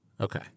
Okay